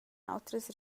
autras